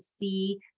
see